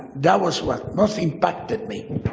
that was what most impacted me,